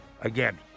again